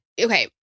okay